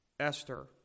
Esther